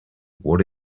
what